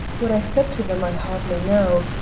what i said to them i hardly know.